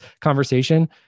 conversation